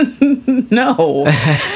No